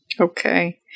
Okay